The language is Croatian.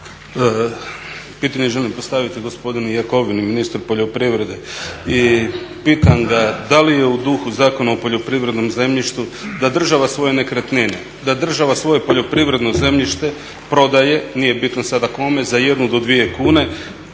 Pitanje želim postaviti gospodinu Jakovini, ministru poljoprivrede. I pitam ga da li je u duhu Zakona o poljoprivrednom zemljištu da država svoje nekretnine, da država svoje poljoprivredno zemljište prodaje, nije bitno sada kome, za 1 do 2 kune